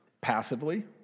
passively